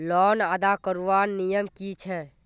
Loan अदा करवार नियम की छे?